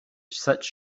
such